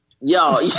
Yo